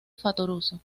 fattoruso